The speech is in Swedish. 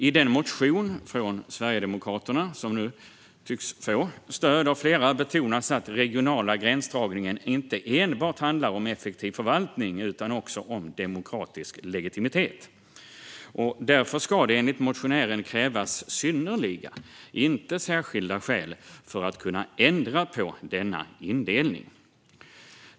I den motion från Sverigedemokraterna som nu tycks få stöd av flera betonas att den regionala gränsdragningen inte enbart handlar om effektiv förvaltning utan också om demokratisk legitimitet. Därför ska det enligt motionären krävas synnerliga, inte särskilda, skäl för att kunna ändra på denna indelning.